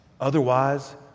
Otherwise